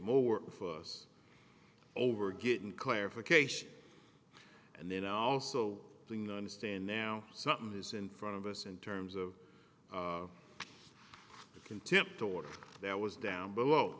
work for us over getting clarification and then i also understand now something is in front of us in terms of the contempt order that was down below